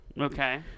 Okay